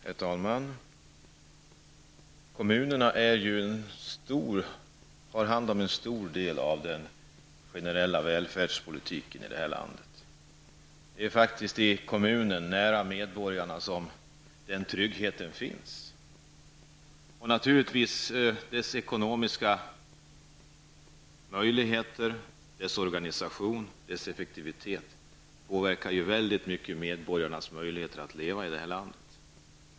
Herr talman! Kommunerna har hand om en stor del av den generella välfärdspolitiken i vårt land. Det är faktiskt i kommunerna, nära medborgarna, som den tryggheten finns. Naturligtvis påverkar kommunernas ekonomi, organisation och effektivitet i mycket stor utsträckning medborgarnas möjligheter att leva i det här landet.